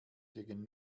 gegen